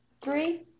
three